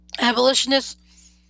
abolitionists